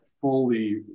fully